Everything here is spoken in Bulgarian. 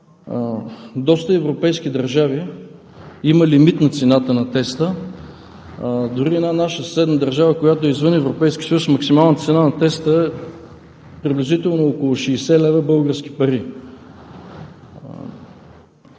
доста европейски държави има лимит на цената на теста. Дори в една наша съседна държава, която е извън Европейския съюз, максималната цена на теста е приблизително около 60 лв. български пари.